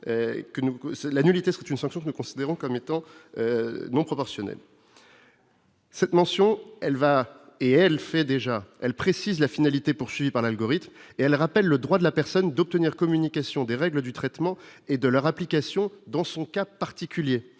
la nullité une sanction que nous considérons comme étant non proportionnel. Cette mention, elle va et elle fait déjà, elle précise la finalité poursuivie par l'algorithme et elle rappelle le droit de la personne d'obtenir communication des règles du traitement et de leur application dans son cas particulier,